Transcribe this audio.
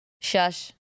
Shush